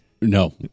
No